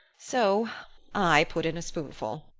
so i put in a spoonful.